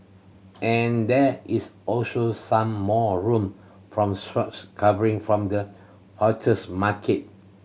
and there is also some more room from short covering from the futures market